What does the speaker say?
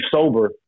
sober